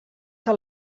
que